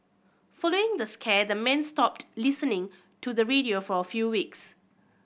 following the scare the men stopped listening to the radio for a few weeks